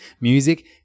music